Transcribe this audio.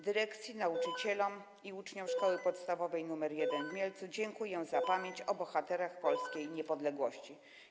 Dyrekcji, nauczycielom i uczniom Szkoły Podstawowej nr 1 w Mielcu dziękuję za pamięć o bohaterach polskiej niepodległości.